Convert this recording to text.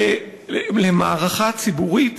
ולמערכה ציבורית